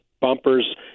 bumpers